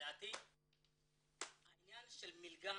לדעתי העניין של מלגה